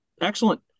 Excellent